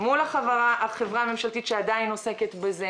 מול החברה הממשלתית שעדיין עוסקת בזה,